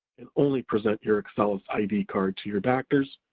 and only present your excellus id card to your doctors,